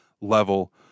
level